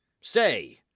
Say